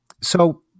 So-